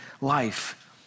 life